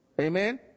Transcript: Amen